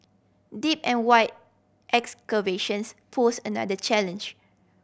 deep and wide excavations posed another challenge